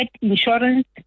insurance